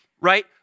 right